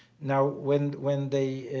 now when when they